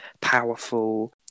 powerful